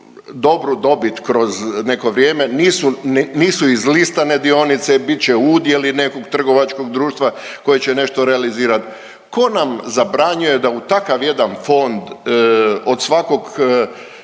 dobit kroz neko vrijeme. Nisu izlistane dionice, bit će udjeli nekog trgovačkog društva koji će nešto realizirati. Tko nam zabranjuje da u takav jedan fond od svakog